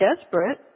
desperate